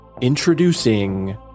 Introducing